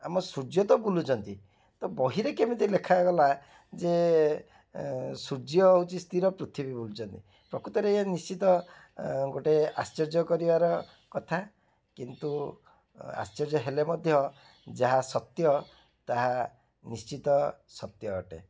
ଆମ ସୂର୍ଯ୍ୟ ତ ବୁଲୁଛନ୍ତି ତ ବହିରେ କେମିତି ଲେଖାଗଲା ଯେ ସୂର୍ଯ୍ୟ ହେଉଛି ସ୍ଥିର ପୃଥିବୀ ବୁଲୁଛନ୍ତି ପ୍ରକୃତରେ ଏହା ନିଶ୍ଚିତ ଗୋଟେ ଆଶ୍ଚର୍ଯ୍ୟ କରିବାର କଥା କିନ୍ତୁ ଆଶ୍ଚର୍ଯ୍ୟ ହେଲେ ମଧ୍ୟ ଯାହା ସତ୍ୟ ତାହା ନିଶ୍ଚିନ୍ତ ସତ୍ୟ ଅଟେ